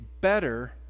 better